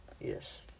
Yes